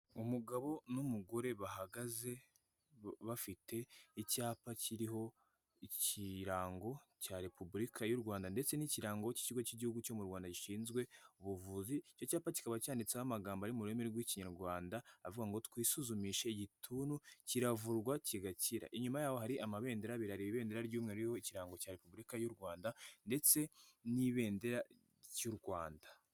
Umugabo n'umugore bahagaze bafite icyapa kiriho ikirango cya repubulika y'u Rwanda, ndetse n'ikirango cy'ikigo cy'igihugu cyo mu Rwanda gishinzwe ubuvuzi, icyo cyapa kikaba cyanditseho amagambo y'ururimi rw'ikinyarwanda avuga ngo "twisuzumishe igituntu kiravurwa kigakira" inyuma yaho hari amabendera abiri, hari ibedera ry'umweru ririho ikirango cya repubulika y'u Rwanda ndetse n'ibendera ry'u Rwanda.